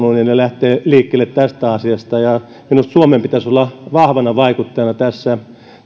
unionille lähteä liikkeelle tässä asiassa ja minusta suomen pitäisi olla vahvana vaikuttajana tässä